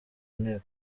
nteko